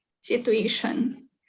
situation